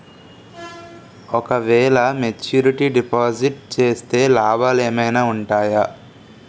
ఓ క వేల maturity deposit చేస్తే లాభాలు ఏమైనా ఉంటాయా?